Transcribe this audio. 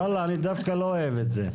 וואלה, אני דווקא לא אוהב את זה.